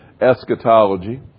eschatology